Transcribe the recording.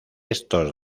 estos